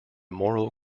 moral